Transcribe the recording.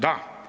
Da.